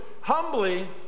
humbly